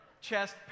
chest